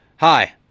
Hi